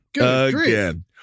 again